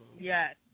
Yes